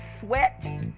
sweat